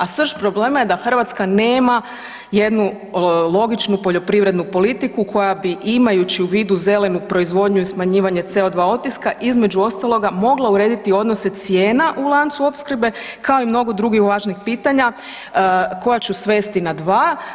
A srž problema je da Hrvatska nema jednu logičnu poljoprivrednu politiku koja bi imajući u vidu zelenu proizvodnju i smanjivanje CO2 otiska između ostaloga mogla urediti odnose cijena u lancu opskrbe kao i mnogo drugih važnih pitanja koja ću svesti na dva.